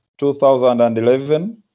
2011